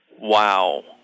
Wow